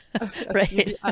Right